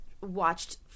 watched